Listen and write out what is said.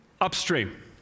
upstream